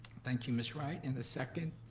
thank you, ms. wright. and the second?